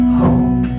home